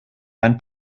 ein